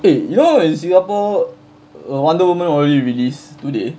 eh you know in singapore uh wonder woman already released today